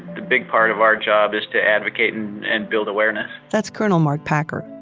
the big part of our job is to advocate and and build awareness that's colonel mark packer.